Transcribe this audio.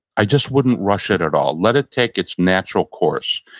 i just wouldn't rush it at all. let it take its natural course.